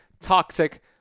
toxic